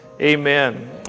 Amen